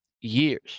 years